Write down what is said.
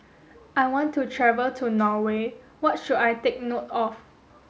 I want to travel to Norway what should I take note of